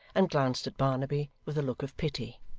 and glanced at barnaby with a look of pity.